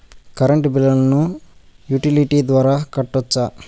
Current బిల్లును utility ద్వారా కట్టొచ్చా?